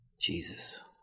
Jesus